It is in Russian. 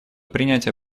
принятие